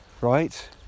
Right